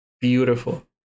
beautiful